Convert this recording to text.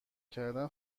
کردن